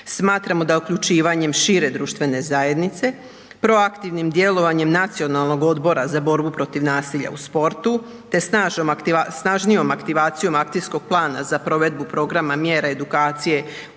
Smatramo da uključivanjem šire društvene zajednice, proaktivnim djelovanjem nacionalnog odbora za borbu protiv nasilja u sportu te snažnijom aktivacijom akcijskog plana za provedbu programa mjera, edukacije u